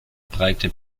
breite